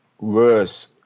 worse